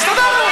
הסתדרנו.